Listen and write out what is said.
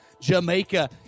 jamaica